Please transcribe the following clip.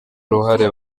uruhare